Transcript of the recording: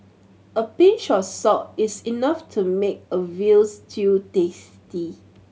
a pinch of salt is enough to make a veal stew tasty